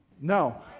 No